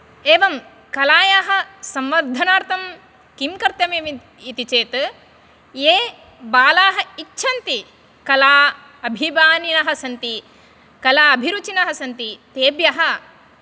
एवं कलायाः संवर्धनार्थं किं कर्तव्यं इति चेत् ये बालाः इच्छन्ति कला अभिमानिनः सन्ति कला अभिरुचिणः सन्ति तेभ्यः